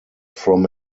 from